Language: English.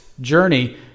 journey